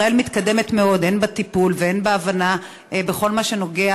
ישראל מתקדמת מאוד הן בטיפול והן בהבנה בכל מה שנוגע